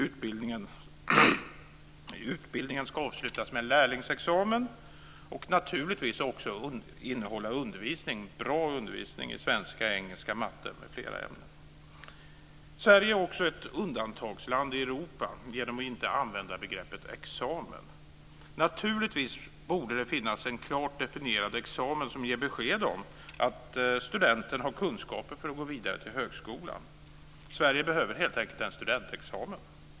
Utbildningen ska avslutas med en lärlingsexamen, och naturligtvis också innehålla undervisning - bra undervisning i svenska, engelska och matte m.fl. ämnen. Sverige är också ett undantagsland i Europa genom att inte använda begreppet examen. Naturligtvis borde det finnas en klart definierad examen som ger besked om att studenten har kunskaper för att gå vidare till högskolan. Sverige behöver helt enkelt en studentexamen.